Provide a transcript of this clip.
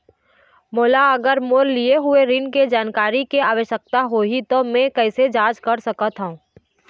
मोला अगर मोर लिए हुए ऋण के जानकारी के आवश्यकता होगी त मैं कैसे जांच सकत हव?